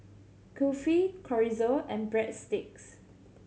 Kulfi Chorizo and Breadsticks